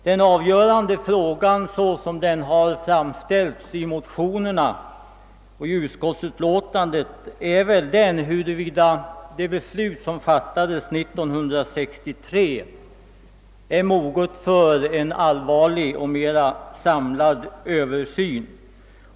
Den avgörande frågan, såsom saken har framställts i motionerna och i utskottsutlåtandet, är huruvida det beslut som fattades år 1963 är moget för en allvarlig och mera samlad översyn.